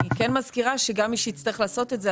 אני כן מזכירה שגם מי שיצטרך לעשות את זה,